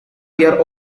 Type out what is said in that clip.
dear